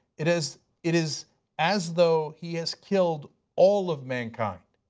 it is it is as though he has killed all of mankind.